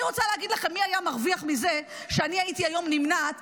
אני רוצה להגיד לכם מי היה מרוויח מזה שאני הייתי היום נמנעת,